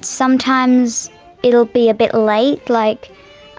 sometimes it'll be a bit late, like